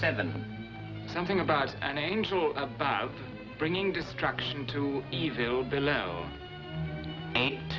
seven something about an angel about bringing destruction to evil below eight